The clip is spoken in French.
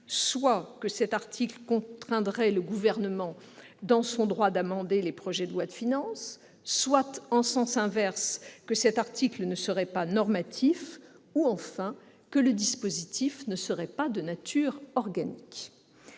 soit qu'il contraindrait le Gouvernement dans son droit d'amender les projets de loi de finances, soit, en sens inverse, qu'il ne serait pas normatif ou, enfin, que ce dispositif ne serait pas de nature organique.